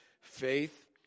faith